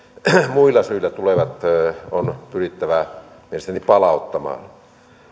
muilla syillä tulevat on pyrittävä mielestäni palauttamaan